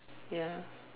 ya